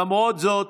למרות זאת,